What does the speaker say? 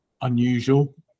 unusual